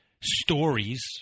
stories